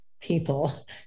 people